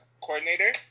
coordinator